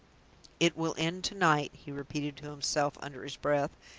it will end to-night! he repeated to himself, under his breath,